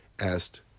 asked